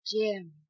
Jim